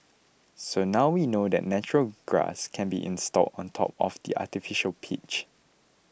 so now we know that natural grass can be installed on top of the artificial pitch